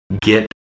Get